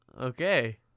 okay